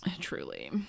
Truly